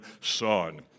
son